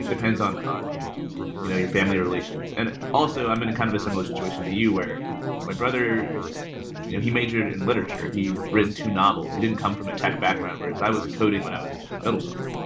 depends on ah you know your family relations. and also, i'm in kind of a similar situation to you where my brother he majored in literature. he's written two novels. he didn't come from a tech background, whereas i was coding when i was in middle school.